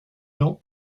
not